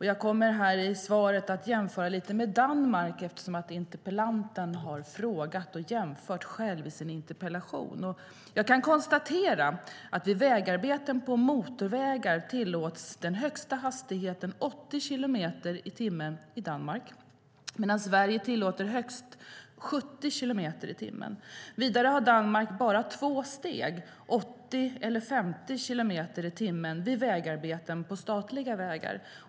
Jag kommer att jämföra lite med Danmark, eftersom interpellanten har jämfört själv i sin interpellation. Jag kan konstatera att vid vägarbeten på motorvägar tillåts som högsta hastighet 80 kilometer i timmen i Danmark, medan Sverige tillåter högst 70 kilometer i timmen. Vidare har Danmark bara två steg, 80 och 50 kilometer i timmen, vid vägarbeten på statliga vägar.